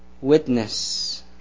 witness